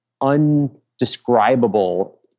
undescribable